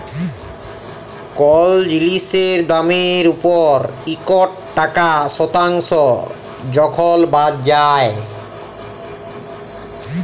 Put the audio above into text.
call জিলিসের দামের উপর ইকট টাকা শতাংস যখল বাদ যায়